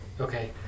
Okay